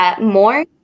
more